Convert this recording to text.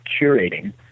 curating